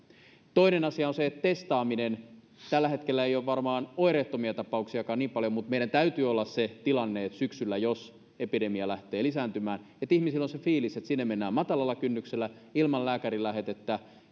toinen asia on se testaaminen tällä hetkellä ei ole varmaan oireettomiakaan tapauksia niin paljon mutta meillä täytyy olla se tilanne että jos syksyllä epidemia lähtee lisääntymään niin ihmisillä on se fiilis että sinne mennään matalalla kynnyksellä ilman lääkärin lähetettä